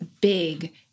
big